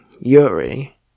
Yuri